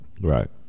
Right